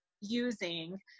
using